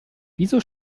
wieso